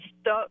stuck